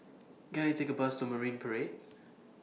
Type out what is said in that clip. Can I Take A Bus to Marine Parade